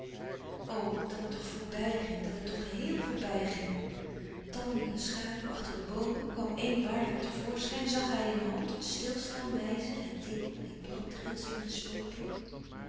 dat het toch voorbij ging dat het toch gehéel voorbij ging talmde een schaduw achter de boomen kwam één waarlijk te voorschijn zag hij een hand tot stilstaan wijzen het ding het bladritselende spookding